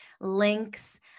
links